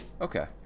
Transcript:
Okay